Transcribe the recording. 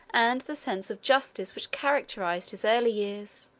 and the sense of justice which characterized his early years.